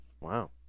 Wow